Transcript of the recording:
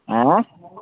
एँ